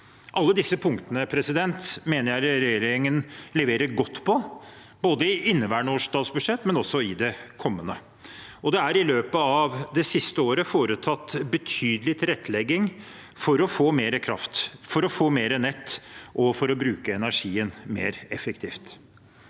Alle disse punktene mener jeg regjeringen leverer godt på både i inneværende års statsbudsjett og i det kommende. Det er i løpet av det siste året foretatt betydelig tilrettelegging for å få mer kraft, for å få mer nett og for å bruke energien mer effektivt.